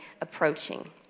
approaching